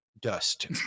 dust